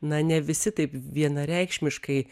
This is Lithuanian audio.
na ne visi taip vienareikšmiškai